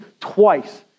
twice